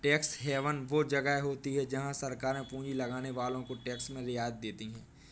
tax haven वो जगह होती हैं जहाँ सरकारे पूँजी लगाने वालो को टैक्स में रियायत देती हैं